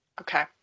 Okay